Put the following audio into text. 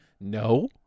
no